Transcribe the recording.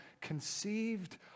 conceived